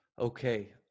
okay